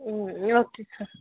okay sir